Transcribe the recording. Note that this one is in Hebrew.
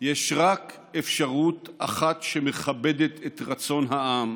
יש רק אפשרות אחת שמכבדת את רצון העם.